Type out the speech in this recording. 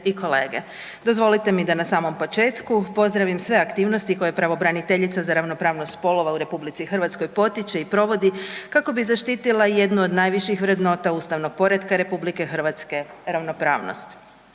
i zaštite ravnopravnosti